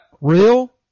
Real